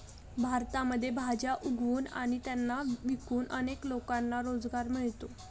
भारतामध्ये भाज्या उगवून आणि त्यांना विकून अनेक लोकांना रोजगार मिळतो